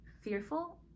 fearful